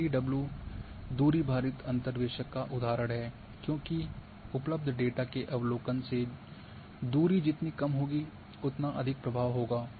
IDW दूरी भारित अंतर्वेशक का उदाहरण है क्योंकि उपलब्ध डाटा के अवलोकन से दूरी जितनी कम होगी उतना अधिक प्रभाव होगा